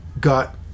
got